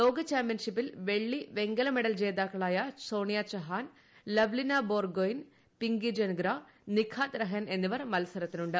ലോകചാമ്പ്യൻഷിപ്പിൽ വെള്ളി വെങ്കല മെഡൽ ജേതാക്കളായ സോണിയ ചഹാൻ ലവ്ലിന ബോർ ഗൊയ്ൻ പിങ്കി ജൻഗ്ര നിഖാത് റെഹൻ എന്നിവർ മത്സരത്തിനുണ്ട്